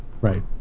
right